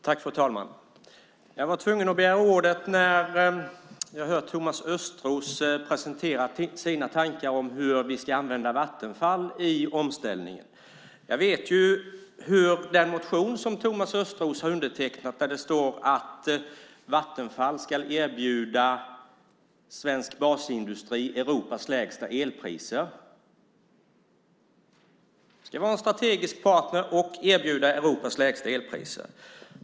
Fru talman! Jag var tvungen att begära ordet när jag hörde Thomas Östros presentera sina tankar om hur vi ska använda Vattenfall i omställningen. I den motion som Thomas Östros har undertecknat står det att Vattenfall ska erbjuda svensk basindustri Europas lägsta elpriser. Man ska vara en strategisk partner och erbjuda Europas lägsta elpriser.